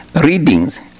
Readings